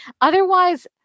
otherwise